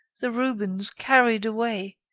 the rubens, carried away!